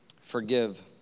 forgive